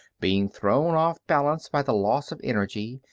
being thrown off balance by the loss of energy,